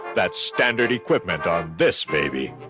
that's standard equipment on this baby.